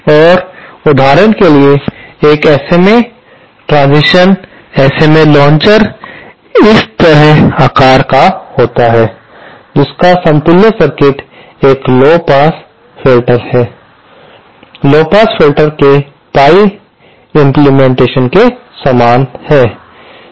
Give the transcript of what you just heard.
और उदाहरण के लिए एक एसएमए ट्रांसिशन्स एसएमए लांचर इस तरह आकार का होता है जिसका समतुल्य सर्किट एक low pass filter low pass filter के पाई इम्प्लीमेंटेशन के समान होता है